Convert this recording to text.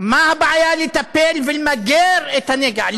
מה הבעיה לטפל ולמגר את הנגע,